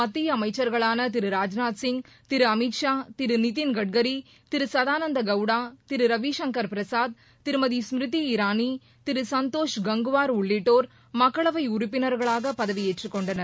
மத்திய அமைச்சர்களான திரு ராஜ்நாத் சிங் திரு அமித் ஷா திரு நிதின்கட்கரி திரு சதானந்த கவுடா திரு ரவிசங்கர் பிரசாத் திருமதி ஸ்மிருதி இரானி திரு சந்தோஷ் கங்குவார் உள்ளிட்டோர் மக்களவை உறுப்பினர்களாக பதவியேற்றுக் கொண்டனர்